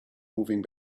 moving